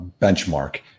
benchmark